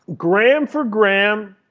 gram for gram,